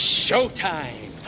showtime